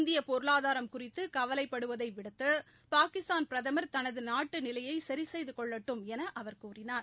இந்திய பொருளாதாரம் குறித்து கவலைப்படுவதை விடுத்து பாகிஸ்தான் பிரதம் தனது நாட்டு நிலையை சரி செய்து கொள்ளட்டும் என அவர் கூறினார்